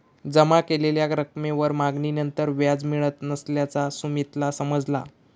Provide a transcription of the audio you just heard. जमा केलेल्या रकमेवर मागणीनंतर व्याज मिळत नसल्याचा सुमीतला समजला